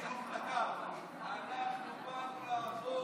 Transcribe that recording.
אנחנו באנו לעבוד.